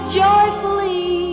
joyfully